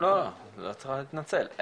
את לא צריכה להתנצל,